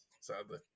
sadly